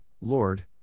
Lord